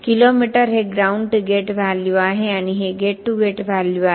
kilometre हे ground to gate value आहे आणि हे गेट टू गेट व्हॅल्यू आहे